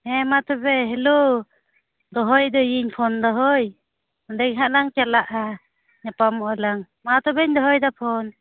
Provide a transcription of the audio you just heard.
ᱦᱮᱸ ᱢᱟ ᱛᱚᱵᱮ ᱦᱮᱞᱳ ᱫᱚᱦᱚᱭᱮᱫᱟᱭᱤᱧ ᱯᱷᱳᱱ ᱫᱚ ᱦᱳᱭ ᱚᱸᱰᱮ ᱜᱮ ᱦᱟᱸᱜ ᱞᱟᱝ ᱪᱟᱞᱟᱜᱼᱟ ᱧᱟᱯᱟᱢᱚᱜᱼᱟᱞᱟᱝ ᱢᱟ ᱛᱚᱵᱮᱧ ᱫᱚᱦᱚᱭᱮᱫᱟ ᱯᱷᱳᱱ